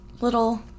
little